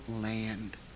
land